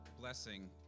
blessing